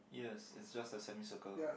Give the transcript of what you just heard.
yes it just a semi circle